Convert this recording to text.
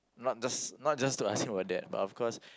not just not just to ask him about that but of course